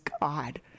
God